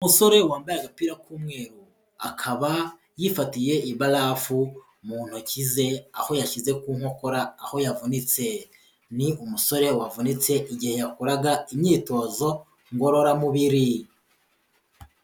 Umusore wambaye agapira k'umweru. Akaba yifatiye ibarafu mu ntoki ze, aho yashyize ku nkokora aho yavunitse. Ni umusore wavunitse igihe yakoraga imyitozo ngororamubiri.